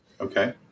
Okay